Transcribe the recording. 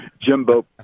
Jimbo